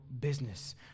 business